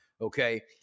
Okay